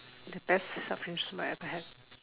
the best shark fin soup I ever had